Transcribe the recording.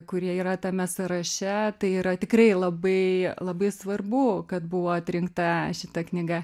kurie yra tame sąraše tai yra tikrai labai labai svarbu kad buvo atrinkta šita knyga